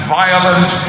violence